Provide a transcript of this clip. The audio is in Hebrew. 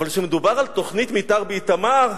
אבל כשמדובר על תוכנית מיתאר באיתמר,